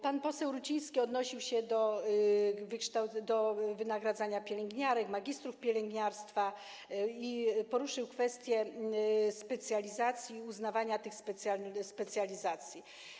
Pan poseł Ruciński odnosił się do wynagradzania pielęgniarek, magistrów pielęgniarstwa i poruszył kwestię specjalizacji i uznawania tych specjalizacji.